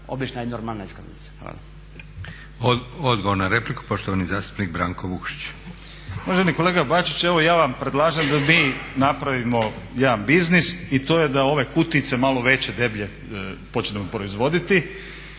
obična i normalna iskaznica. Hvala. **Leko, Josip (SDP)** Odgovor na repliku, poštovani zastupnik Branko Vukšić. **Vukšić, Branko (Nezavisni)** Uvaženi kolega Bačić evo ja vam predlažem da mi napravimo jedan biznis, a to je da ove kutijice malo veće, deblje počnemo proizvoditi.